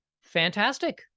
fantastic